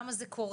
למה זה קורה?